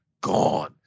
gone